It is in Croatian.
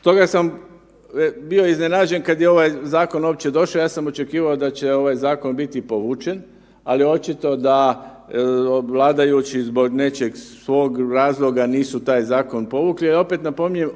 Stoga sam bio iznenađen kad je ovaj zakon uopće došao, ja sam očekivao da će ovaj zakon biti povučen, ali očito da vladajući zbog nečeg svog razloga nisu taj zakon povukli jer opet, napominjem,